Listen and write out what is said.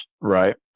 right